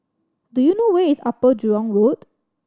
do you know where is Upper Jurong Road